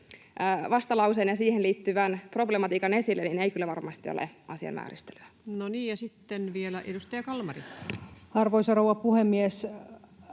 vastalauseen ja siihen liittyvän problematiikan esille, ei kyllä varmasti ole asian vääristelyä. No niin, ja sitten vielä edustaja Kalmari. Arvoisa rouva puhemies!